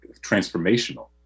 transformational